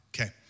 okay